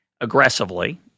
aggressively